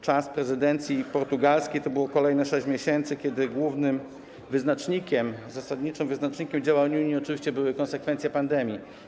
Czas prezydencji portugalskiej to było kolejne 6 miesięcy, kiedy głównym wyznacznikiem, zasadniczym wyznacznikiem działania Unii były konsekwencje pandemii.